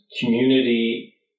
community